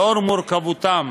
לאור מורכבותם,